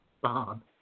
Bob